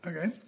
Okay